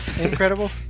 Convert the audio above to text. Incredible